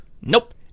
nope